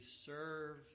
serve